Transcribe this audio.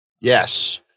Yes